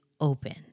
open